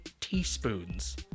teaspoons